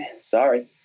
sorry